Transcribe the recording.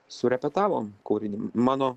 surepetavom kūrinį mano